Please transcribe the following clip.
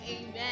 amen